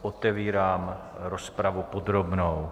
Otevírám rozpravu podrobnou.